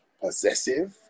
possessive